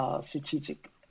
strategic